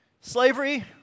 slavery